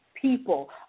people